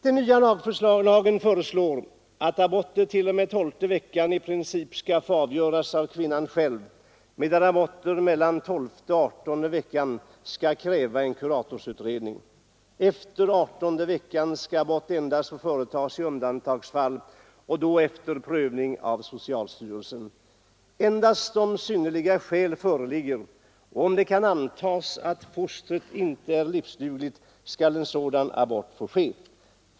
Den nya lagen föreslår att aborter t.o.m. tolfte veckan skall i princip få avgöras av kvinnan själv medan aborter mellan tolfte och adertonde veckan skall kräva en kuratorsutredning. Efter adertonde veckan skall abort endast få företagas i undantagsfall och då efter prövning av socialstyrelsen. Endast om synnerliga skäl föreligger och om det kan antagas att fostret inte är livsdugligt, skall en sådan abort få ske.